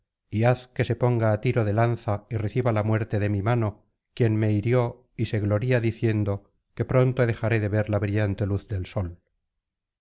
y haz que se ponga á tiro de lanza y reciba la muerte de mi mano quien me hirió y se gloría diciendo que pronto dejaré de ver la brillante luz del sol